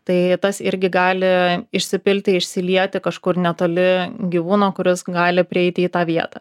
tai tas irgi gali išsipilti išsilieti kažkur netoli gyvūno kuris gali prieiti į tą vietą